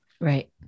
Right